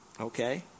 okay